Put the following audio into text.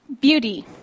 Beauty